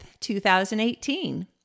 2018